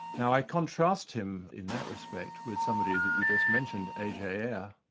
now, i contrast him in that respect with somebody that you just mentioned, a. j. yeah